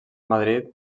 madrid